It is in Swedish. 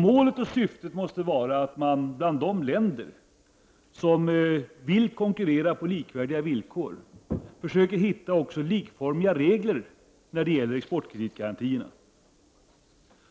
Målet och syftet måste vara att man bland de länder som vill konkurrera på likvärdiga villkor försöker hitta likformiga regler när det gäller exportkreditgarantier,